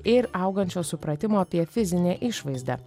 ir augančio supratimo apie fizinę išvaizdą